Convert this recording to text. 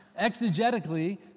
exegetically